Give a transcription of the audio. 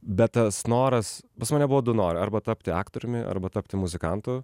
bet tas noras pas mane buvo du norai arba tapti aktoriumi arba tapti muzikantu